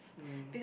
mmhmm